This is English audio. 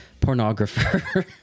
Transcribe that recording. Pornographer